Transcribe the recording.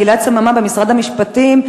גלעד סממה במשרד המשפטים,